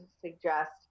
suggest